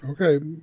Okay